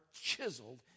chiseled